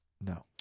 No